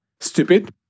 stupid